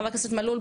חבר הכנסת מלול,